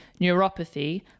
neuropathy